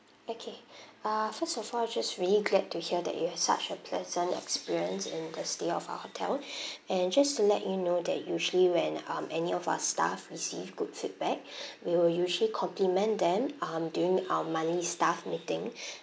okay uh first of all just really glad to hear that you had such a pleasant experience in the stay of our hotel and just to let you know that usually when um any of our staff receive good feedback we will usually compliment them um during our monthly staff meeting